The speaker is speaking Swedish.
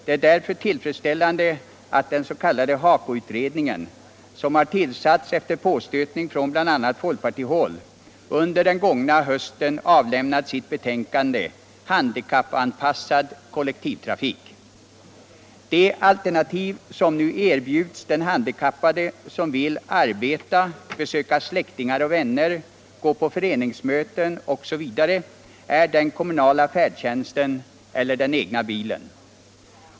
Det är därför tillfredsställande att HAKO-utredningen, som har tillsatts efter påstötningar från bl.a. folkpartihåll, under den gångna hösten avlämnat frågor frågor De alternativ som nu erbjuds den handikappade som vill arbeta, besöka släktingar och vänner, gå på föreningsmöten osv. är den kommunala färdtjänsten eller den egna bilen.